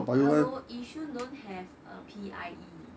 hello yishun don't have uh P_I_E